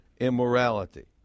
immorality